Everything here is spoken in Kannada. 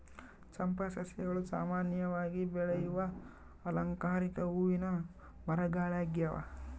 ಚಂಪಾ ಸಸ್ಯಗಳು ಸಾಮಾನ್ಯವಾಗಿ ಬೆಳೆಯುವ ಅಲಂಕಾರಿಕ ಹೂವಿನ ಮರಗಳಾಗ್ಯವ